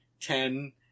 ten